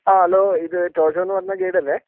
ആ ഹലോ ഇത് ജോജോന്ന് പറയുന്ന ഗൈഡല്ലെ